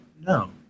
No